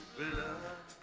blood